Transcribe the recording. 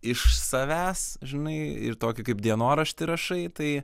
iš savęs žinai ir tokį kaip dienoraštį rašai tai